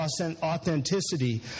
authenticity